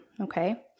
okay